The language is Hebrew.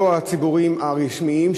לא הציבוריים הרשמיים,